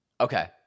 Okay